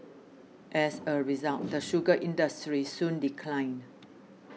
as a result the sugar industry soon declined